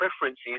preferences